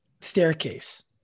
staircase